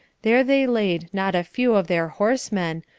there they laid not a few of their horsemen,